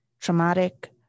traumatic